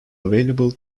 available